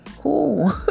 cool